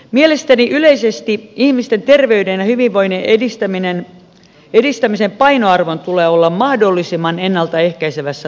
mielestäni yleisesti ihmisten terveyden ja hyvinvoinnin edistämisen painoarvon tulee olla mahdollisimman ennaltaehkäisevässä toiminnassa